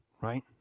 right